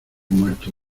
muerto